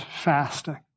fasting